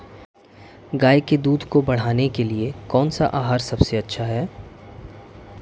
गाय के दूध को बढ़ाने के लिए कौनसा आहार सबसे अच्छा है?